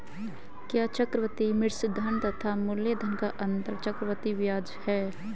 क्या चक्रवर्ती मिश्रधन तथा मूलधन का अंतर चक्रवृद्धि ब्याज है?